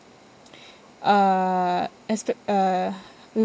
uh expect uh